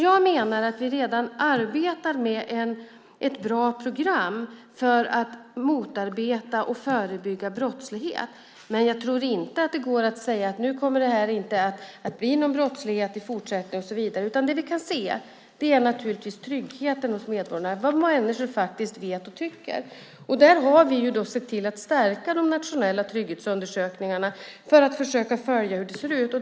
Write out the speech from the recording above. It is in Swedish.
Jag menar att vi redan arbetar med ett bra program för att motarbeta och förebygga brottslighet, men jag tror inte att det går att säga: Nu kommer det inte att bli någon brottslighet i fortsättningen och så vidare. Det vi kan se handlar naturligtvis om tryggheten hos medborgarna, vad människor faktiskt vet och tycker. Där har vi sett till att stärka de nationella trygghetsundersökningarna för att försöka följa hur det ser ut.